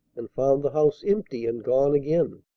and found the house empty, and gone again!